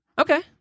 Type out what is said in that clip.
Okay